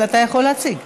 אבל אתה יכול להציג.